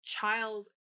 child